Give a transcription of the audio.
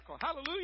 Hallelujah